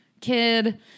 kid